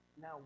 Now